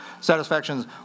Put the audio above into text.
Satisfaction's